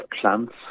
plants